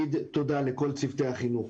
לכל צוותי החינוך,